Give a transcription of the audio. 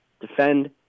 defend